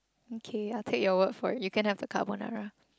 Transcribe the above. mm kay I take your word for it you can have the carbonara